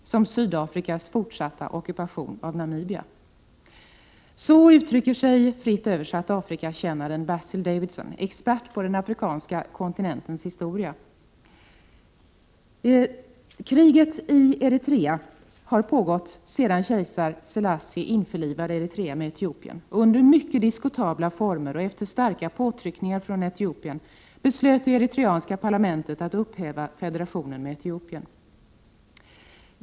1988/89:30 fortsatta ockupation av Namibia.” 23 november 1988 Så uttrycker sig, fritt översatt, Afrikakännaren Basil Davidson, expert På Tj od om omm den afrikanska kontinentens historia. Kriget i Eritrea har pågått sedan kejsar Selassie införlivade Eritrea med Etiopien. Under mycket diskutabla former och efter starka påtryckningar från Etiopien beslöt det eritreanska parlamentet att upphäva federationen med Etiopien.